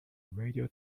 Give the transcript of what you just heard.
radio